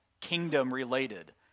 kingdom-related